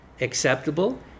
acceptable